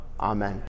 Amen